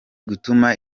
gutuma